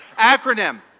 acronym